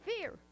fear